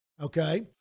okay